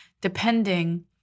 depending